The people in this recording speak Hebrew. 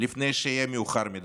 לפני שיהיה מאוחר מדי.